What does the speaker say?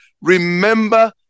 remember